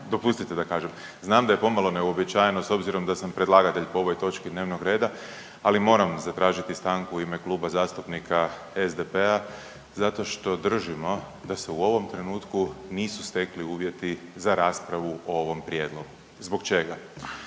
dopustite da kažem. Znam da je pomalo neuobičajeno s obzirom da sam predlagatelj po ovoj točki dnevnog reda, ali moram zatražiti stanku u ime Kluba zastupnika SDP-a zato što držimo da se u ovom trenutku nisu stekli uvjeti za raspravu o ovom prijedlogu. Zbog čega?